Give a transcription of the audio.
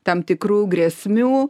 tam tikrų grėsmių